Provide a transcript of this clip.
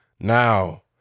Now